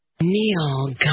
Neil